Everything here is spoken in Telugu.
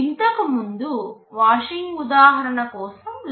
ఇంతకుముందు వాషింగ్ ఉదాహరణ కోసం లెక్కను చూపించాము